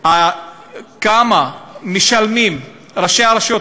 כמה משלמים ראשי הרשויות,